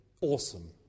awesome